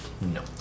No